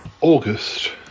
August